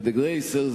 ודער גרויסער,